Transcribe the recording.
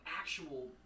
actual